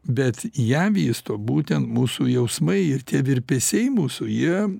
bet ją vysto būtent mūsų jausmai ir tie virpesiai mūsų jie